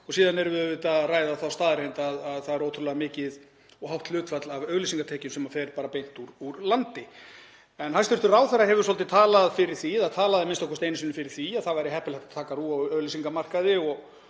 og síðan erum við auðvitað að ræða þá staðreynd að það er ótrúlega mikið og hátt hlutfall af auglýsingatekjum sem fer bara beint úr landi. En hæstv. ráðherra hefur svolítið talað fyrir því, eða talaði a.m.k. einu sinni fyrir því, að það væri heppilegt að taka RÚV af auglýsingamarkaði.